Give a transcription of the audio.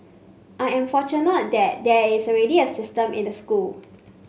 I am fortunate that there is already a system in the school